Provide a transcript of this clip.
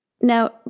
Now